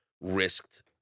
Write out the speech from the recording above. risked